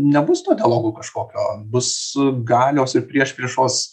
nebus to dialogo kažkokio bus galios ir priešpriešos